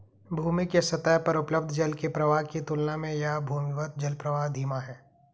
भूमि के सतह पर उपलब्ध जल के प्रवाह की तुलना में यह भूमिगत जलप्रवाह धीमा है